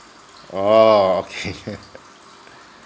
oh okay